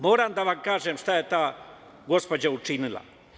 Moram da vam kažem šta je ta gospođa učinila.